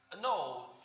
No